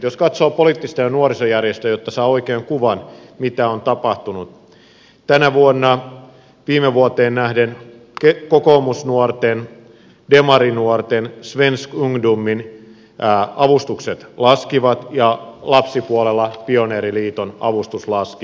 jos katsoo poliittisia nuorisojärjestöjä jotta saa oikean kuvan mitä on tapahtunut tänä vuonna viime vuoteen nähden kokoomusnuorten demarinuorten ja svensk ungdomin avustukset laskivat ja lapsipuolella pioneeriliiton avustus laski